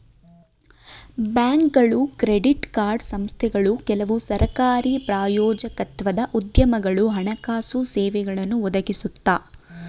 ಬ್ಯಾಂಕ್ಗಳು credit card ಸಂಸ್ಥೆಗಳು ಕೆಲವು ಸರಕಾರಿ ಪ್ರಾಯೋಜಕತ್ವದ ಉದ್ಯಮಗಳು ಹಣಕಾಸು ಸೇವೆಗಳನ್ನು ಒದಗಿಸುತ್ತೆ